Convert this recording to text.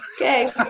okay